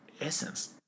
Essence